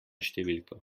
številko